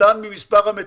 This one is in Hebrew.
קטן ממספר המתים.